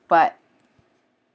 but